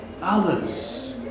others